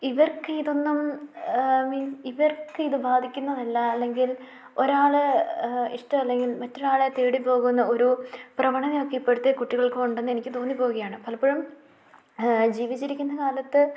ഇവർക്ക് ഇതൊന്നും മീൻസ് ഇവർക്കിത് ബാധിക്കുന്നതല്ല അല്ലെങ്കിൽ ഒരാൾ ഇഷ്ടമല്ലെങ്കിൽ മറ്റൊരാളെ തേടിപ്പോകുന്ന ഒരു പ്രവണതയൊക്കെ ഇപ്പോഴത്തെ കുട്ടികൾക്ക് ഉണ്ടെന്ന് എനിക്ക് തോന്നിപ്പോവുകയാണ് പലപ്പോഴും ജീവിച്ചിരിക്കുന്ന കാലത്ത്